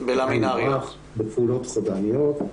בפעולות חודרניות.